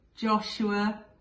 joshua